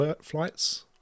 flights